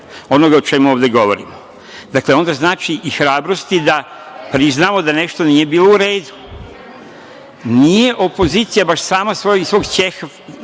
onoga o čemu ovde govorimo. Dakle, onda znači i hrabrosti da priznamo da nešto nije bilo u redu. Nije opozicija baš samo iz svog ćefa